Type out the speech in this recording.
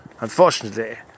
Unfortunately